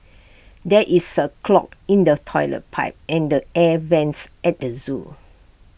there is A clog in the Toilet Pipe and air Vents at the Zoo